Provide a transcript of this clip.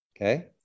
Okay